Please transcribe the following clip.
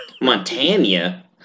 Montana